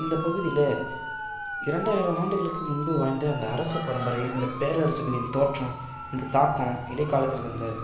இந்தப்பகுதியில் இரண்டாயிரம் ஆண்டுகளுக்கு முன்பு வாழ்ந்த அந்த அரச பரம்பரை இந்த பேரரசுகளின் தோற்றம் அந்த தாக்கம் இடைக்காலத்தில் இருந்த